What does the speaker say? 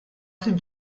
fil